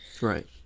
Right